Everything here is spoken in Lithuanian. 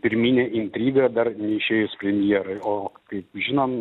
pirminė intriga dar neišėjus premjerai o kaip žinom